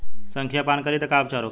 संखिया पान करी त का उपचार होखे?